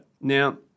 Now